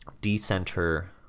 decenter